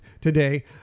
today